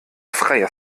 freie